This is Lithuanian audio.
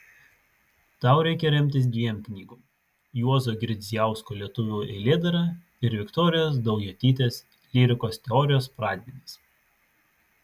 tau reikia remtis dviem knygom juozo girdzijausko lietuvių eilėdara ir viktorijos daujotytės lyrikos teorijos pradmenys